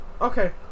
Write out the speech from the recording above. Okay